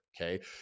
Okay